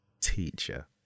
teacher